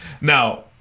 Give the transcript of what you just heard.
Now